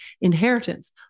inheritance